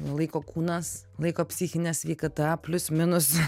laiko kūnas laiko psichinė sveikata plius minus